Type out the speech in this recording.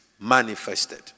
manifested